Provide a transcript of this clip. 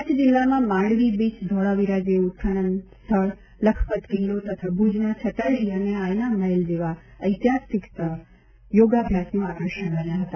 કચ્છ જિલ્લામાં માંડવી બીચ ધોળાવીરા જેવું ઉત્ખનન સ્થળ લખપત કિલ્લો તથા ભૂજના છતરડી અને આયના મહેલ જેવા ઐતિહાસિક સ્થળ યોગાભ્યાસનું આકર્ષણ બન્યા હતા